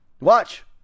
Watch